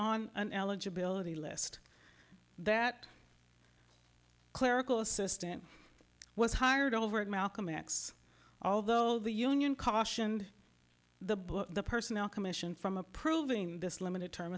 on an eligibility list that clerical assistant was hired over at malcolm x although the union cautioned the book the personnel commission from approving this limited term